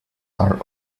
are